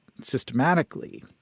systematically